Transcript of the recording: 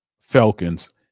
Falcons